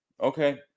okay